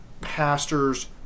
pastors